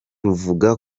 ruvuga